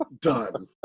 Done